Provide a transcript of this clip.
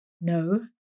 No